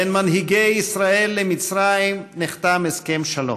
בין מנהיגי ישראל למנהיגי מצרים נחתם הסכם שלום,